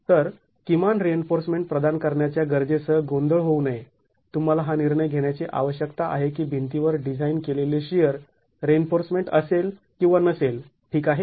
तर किमान रिइन्फोर्समेंट प्रदान करण्याच्या गरजेसह गोंधळ होऊ नये तुम्हाला हा निर्णय घेण्याची आवश्यकता आहे की भिंतीवर डिझाईन केलेले शिअर रिइन्फोर्समेंट असेल किंवा नसेल ठीक आहे